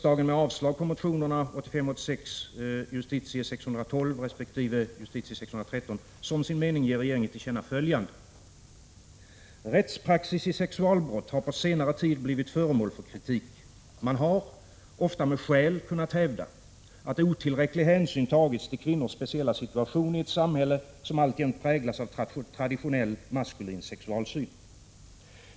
Det har följande lydelse: ”Rättspraxis i sexualbrott har på senare tid blivit föremål för kritik. Man har — ofta med skäl — kunnat hävda, att otillräcklig hänsyn tagits till kvinnors speciella situation i ett samhälle, som alltjämt präglas av traditionell maskulin sexualsyn.